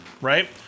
right